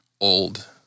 old